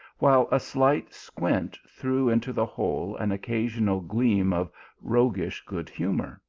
while a slight squint threw into the whole an occasional gleam of roguish good-humour.